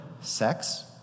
sex